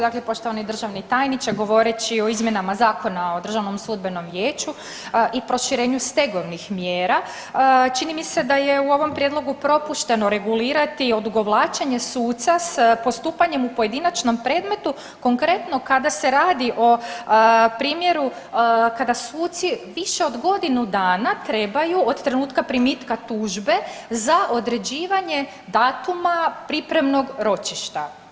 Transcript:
Dakle, poštovani državni tajniče govoreći o izmjenama Zakona o DSV-u i proširenju stegovnih mjera čini mi se da je u ovom prijedlogu propušteno regulirati odugovlačenje suca s postupanjem u pojedinačnom predmetu, konkretno kada se radi o primjeru kada suci više od godinu dana trebaju od trenutka primitka tužbe za određivanje datuma pripremnog ročišta.